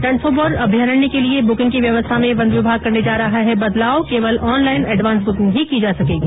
रणथम्भौर अभ्यारण्य के लिये ब्रुकिंग की व्यवस्था में वन विभाग करने जा रहा है बदलाव केवल ऑनलाईन एडवांस बुकिंग ही की जा सकेगी